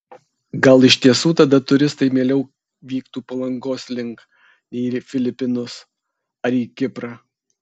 gal iš tiesų tada turistai mieliau vyktų palangos link nei į filipinus ar į kiprą